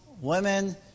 women